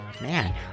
Man